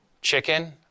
Chicken